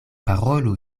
parolu